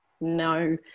no